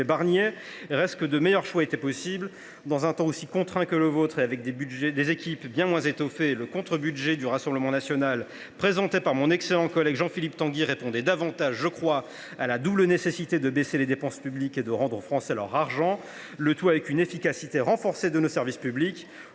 Barnier. Reste que de meilleurs choix étaient possibles, dans un temps aussi contraint que le vôtre et avec des équipes bien moins étoffées. Le contre budget du Rassemblement national, présenté par mon excellent collègue Jean Philippe Tanguy, répondait davantage à la double nécessité de baisser les dépenses publiques et de rendre aux Français leur argent, le tout avec une efficacité renforcée de nos services publics.